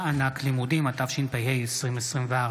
(מענק לימודים), התשפ"ה 2024,